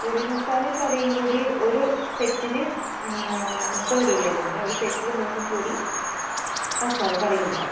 പൂരി മസാലയും കറിയും കൂടി ഒരു സെറ്റിന് മുപ്പത് രൂപയാണ് വരുന്നത് ഒരു സെറ്റില് മൂന്ന് പൂരി മസാല കറിയും ഉണ്ടാവും